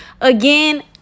again